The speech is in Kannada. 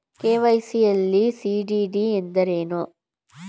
ಕೆ.ವೈ.ಸಿ ಯಲ್ಲಿ ಸಿ.ಡಿ.ಡಿ ಎಂದರೇನು?